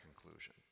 conclusion